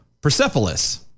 Persepolis